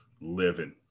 living